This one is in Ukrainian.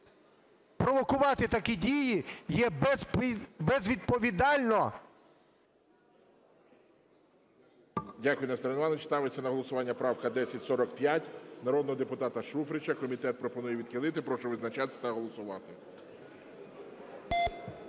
провокувати такі дії є безвідповідально.